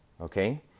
okay